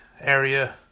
area